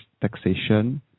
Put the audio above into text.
taxation